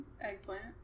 eggplant